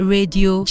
Radio